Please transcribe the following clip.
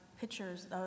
pictures